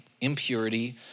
impurity